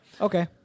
Okay